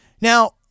now